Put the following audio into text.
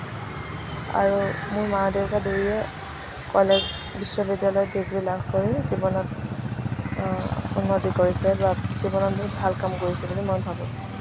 আৰু মোৰ মা দেউতা দুয়োৰে কলেজ বিশ্ববিদ্যালয়ৰ ডিগ্ৰী লাভ কৰি জীৱনত উন্নতি কৰিছে বা জীৱনত বহুত ভাল কাম কৰিছে